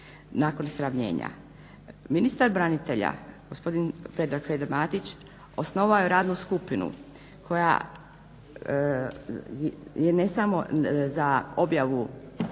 nakon sravnjenja. Ministar branitelja gospodin Predrag Matić osnovao je radnu skupinu koja je ne samo za objavu